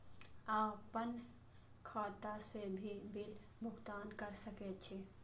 आपन खाता से भी बिल भुगतान कर सके छी?